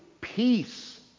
peace